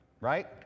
right